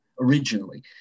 originally